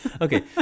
okay